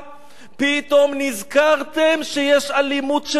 פתאום נזכרתם שיש אלימות של משטרה?